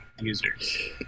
users